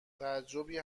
تعجبی